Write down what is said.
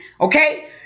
Okay